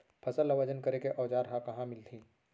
फसल ला वजन करे के औज़ार हा कहाँ मिलही?